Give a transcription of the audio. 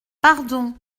pardon